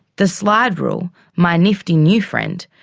the slide rule, my nifty new friend,